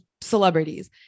celebrities